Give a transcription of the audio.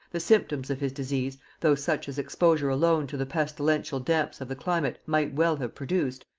the symptoms of his disease, though such as exposure alone to the pestilential damps of the climate might well have produced,